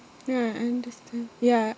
ya understand ya